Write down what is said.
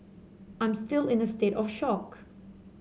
I'm still in a state of shock